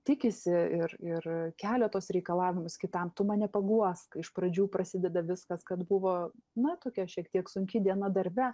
tikisi ir ir kelia tuos reikalavimus kitam tu mane paguosk iš pradžių prasideda viskas kad buvo na tokia šiek tiek sunki diena darbe